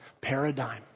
paradigm